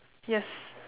yes